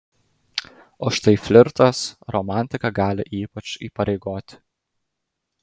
o štai flirtas romantika gali ypač įpareigoti